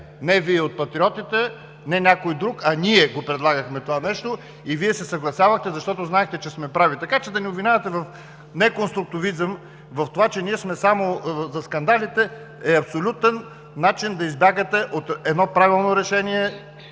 не Вие от Патриотите, не някой друг, а ние го предлагахме това нещо и Вие се съгласявахте, защото знаехте, че сме прави. Така че да ни обвинявате в неконструктивизъм, в това, че ние сме само за скандалите, е абсолютен начин да избягате от едно правилно решение